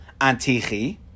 Antichi